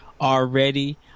already